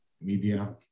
media